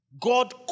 God